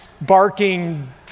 barking